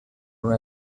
una